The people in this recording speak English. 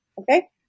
Okay